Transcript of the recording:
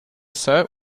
saint